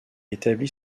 établi